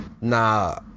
nah